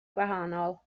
gwahanol